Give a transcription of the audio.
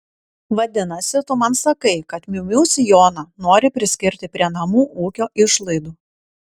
vadinasi tu man sakai kad miu miu sijoną nori priskirti prie namų ūkio išlaidų